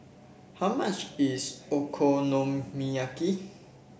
how much is Okonomiyaki